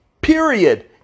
Period